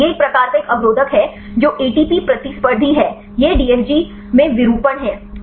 यह एक प्रकार का 1 अवरोधक है जो एटीपी प्रतिस्पर्धी है यह डीएफजी में विरूपण है